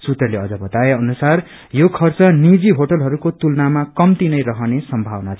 सुत्रले अम्न बताए अनुसार यो खर्च नीजि होटलहरूको तुलनामा कम्तीनै रहने संमावना छ